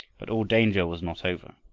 but all danger was not over.